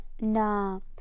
No